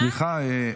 סליחה,